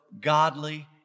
godly